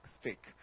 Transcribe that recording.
stick